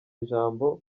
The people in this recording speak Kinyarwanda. ijambo